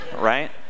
right